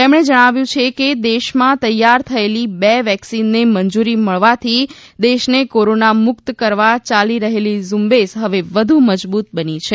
તેમણે જણાવ્યું છે કે દેશમાં તૈયાર થયેલી બે વેકસીનને મંજૂરી મળવાથી દેશને કોરોના મુક્ત કરવા ચાલી રહેલી ઝૂંબેશ હવે વધુ મજબૂત બની છે